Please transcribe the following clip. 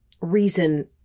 reason